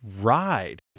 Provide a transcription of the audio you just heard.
ride